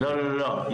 לא, לא, לא.